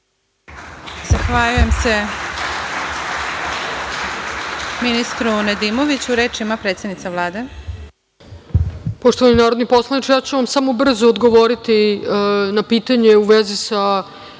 Zahvaljujem se ministru Nedimoviću. Reč ima predsednica Vlade. **Ana Brnabić** Poštovani narodni poslaniče, ja ću vam samo brzo odgovoriti na pitanje u vezi sa